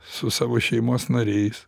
su savo šeimos nariais